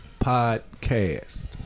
podcast